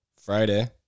Friday